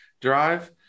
drive